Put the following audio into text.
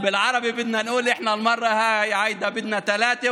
החברתיים הגדולים ביותר שידעה מדינת ישראל,